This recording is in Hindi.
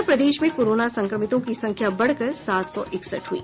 और प्रदेश में कोरोना संक्रमितों की संख्या बढ़कर सात सौ इकसठ हुई